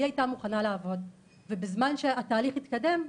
היא הייתה מוכנה לעבוד ובזמן שהתהליך התקדם,